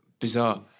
bizarre